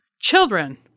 children